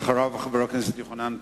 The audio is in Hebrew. אחריו, חבר הכנסת יוחנן פלסנר.